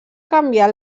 canviar